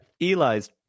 Eli's